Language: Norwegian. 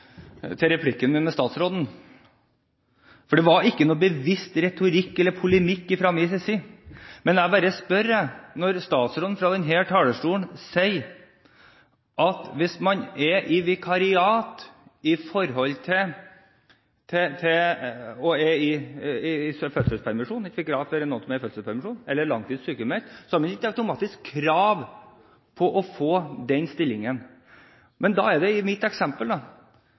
med statsråden. Det var ikke noen bevisst retorikk eller polemikk fra min side, men jeg bare spør: Når statsråden fra denne talerstolen sier at hvis man er i vikariat for noen som er i fødselspermisjon eller er langtids sykemeldt, har man ikke automatisk krav på å få den stillingen. Men da er mitt eksempel: Hvis man i